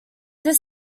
this